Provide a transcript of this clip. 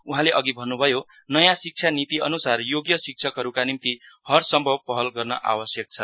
उहाँले अघि भन्नुभयो नयाँ शिक्षा निति अनुसार योग्य शिक्षकहरूका निम्ति हर सम्भव पहल गर्न आवश्यक छ